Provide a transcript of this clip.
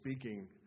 speaking